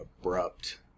abrupt